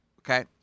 okay